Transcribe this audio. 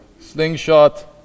slingshot